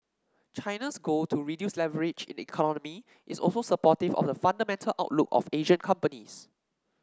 China's goal to reduce leverage in the economy is also supportive of the fundamental outlook of Asian companies